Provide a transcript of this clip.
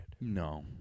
No